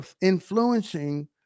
influencing